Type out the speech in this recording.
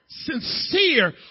sincere